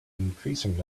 increasing